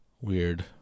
Weird